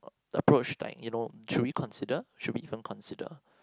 approach like you know should we consider should we even consider